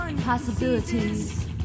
Possibilities